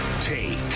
take